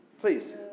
Please